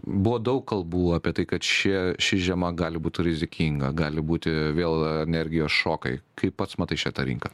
buvo daug kalbų apie tai kad ši ši žiema gali būt rizikinga gali būti vėl energijos šokai kai pats matai šitą rinką